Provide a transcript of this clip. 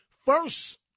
First